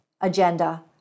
agenda